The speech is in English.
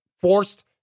forced